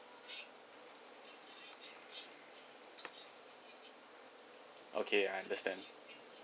okay I understand